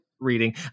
reading